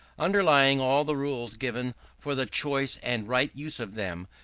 underlying all the rules given for the choice and right use of them,